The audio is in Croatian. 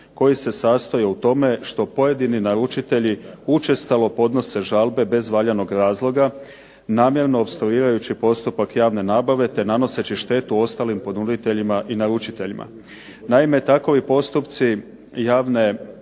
koji se sastoji u tome što pojedini naručitelji učestalo podnose žalbe bez valjanog razloga, namjerno opstruirajući postupak javne nabave, te nanoseći štetu ostalim ponuditeljima i naručiteljima. Naime, takovi postupci javne